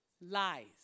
lies